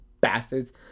bastards